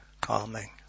calming